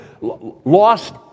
lost